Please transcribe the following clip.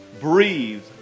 breathe